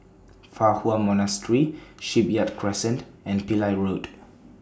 Fa Hua Monastery Shipyard Crescent and Pillai Road